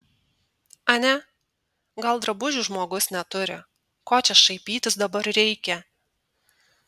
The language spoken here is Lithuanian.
ane gal drabužių žmogus neturi ko čia šaipytis dabar reikia